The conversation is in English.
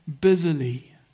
busily